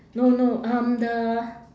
no no no um the